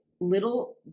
little